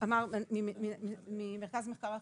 אמר ממרכז מחקר הכנסת,